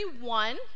one